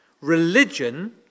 religion